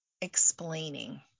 explaining